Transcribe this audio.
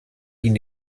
ihnen